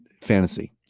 Fantasy